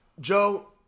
Joe